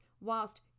whilst